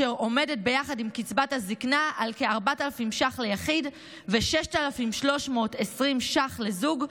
אשר עומדת ביחד עם קצבת הזקנה על כ-4,000 ש"ח ליחיד ו-6,320 ש"ח לזוג,